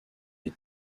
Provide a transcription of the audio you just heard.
les